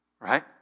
Right